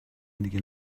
دیگه